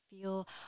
feel